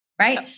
Right